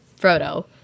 Frodo